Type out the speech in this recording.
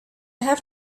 have